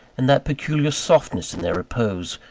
and that peculiar softness in their repose,